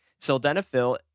sildenafil